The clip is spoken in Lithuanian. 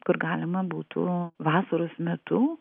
kur galima būtų vasaros metu